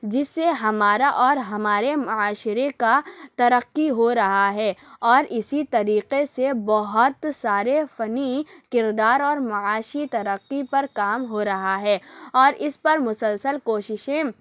جس سے ہمارا اور ہمارے معاشرے کا ترقی ہو رہا ہے اور اِسی طریقے سے بہت سارے فنی کردار اور معاشی ترقی پر کام ہو رہا ہے اور اِس پر مسلسل کوششیں